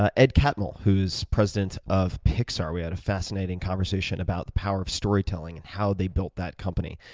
ah ed catmull, who is president of pixar. we had a fascinating conversation about the power of storytelling and how they built that company.